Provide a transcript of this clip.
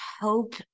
hope